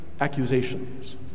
accusations